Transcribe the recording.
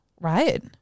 Right